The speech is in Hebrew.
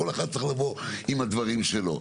כל אחד צריך לבוא עם הדברים שלו.